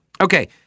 Okay